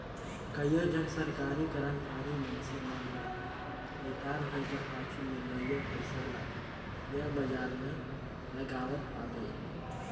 कइयो झन सरकारी करमचारी मइनसे मन ल रिटायर होए कर पाछू मिलोइया पइसा ल सेयर बजार में लगावत पाबे